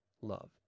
love